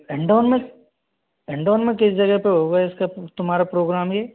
हिण्डौन में हिण्डौन में किस जगह पे होगा इसका तुम्हारा प्रोग्राम ये